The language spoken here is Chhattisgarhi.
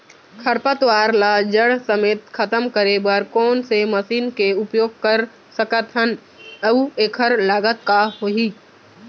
खरपतवार ला जड़ समेत खतम करे बर कोन से मशीन के उपयोग कर सकत हन अऊ एखर लागत का होही?